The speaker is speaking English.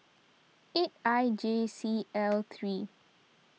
eight I J C L three